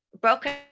broken